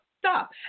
Stop